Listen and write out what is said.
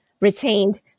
retained